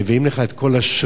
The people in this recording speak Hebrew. מביאים לך את כל השרימפס,